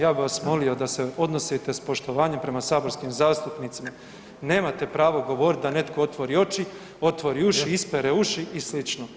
Ja bi vas molio da se odnosite s poštovanjem prema saborskim zastupnicima, nemate pravo govorit da netko otvori oči, otvori uši, ispere uši i slično.